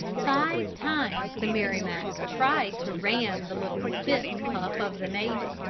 five times the merrimac tried to ram the little spitz-pup of the navy,